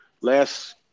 last